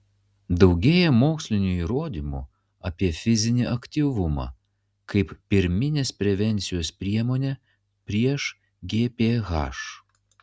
daugėja mokslinių įrodymų apie fizinį aktyvumą kaip pirminės prevencijos priemonę prieš gph